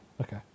okay